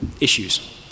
issues